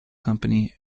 company